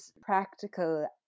practical